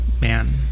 man